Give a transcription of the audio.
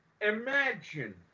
Imagine